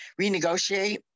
renegotiate